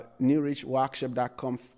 newrichworkshop.com